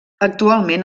actualment